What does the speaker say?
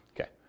Okay